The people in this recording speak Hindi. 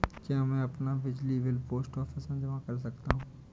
क्या मैं अपना बिजली बिल पोस्ट ऑफिस में जमा कर सकता हूँ?